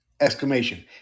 exclamation